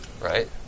Right